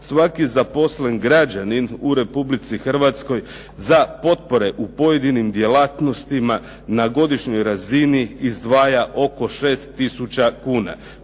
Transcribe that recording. Svaki zaposlen građanin u Republici Hrvatskoj za potpore u pojedinim djelatnostima na godišnjoj razini izdvaja oko 6 tisuća kuna.